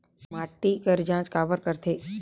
माटी कर जांच काबर करथे?